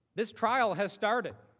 this trial has started.